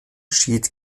schied